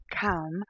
come